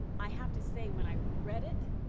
i have to say when i read it,